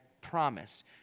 promised